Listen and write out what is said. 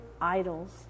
idols